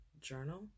journal